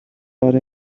آره